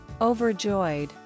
Overjoyed